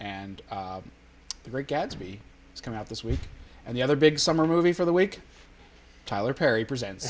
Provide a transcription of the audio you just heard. and the great gatsby is coming out this week and the other big summer movie for the week tyler perry presents